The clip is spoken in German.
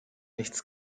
nichts